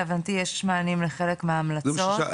להבנתי יש מענים לחלק מההמלצות.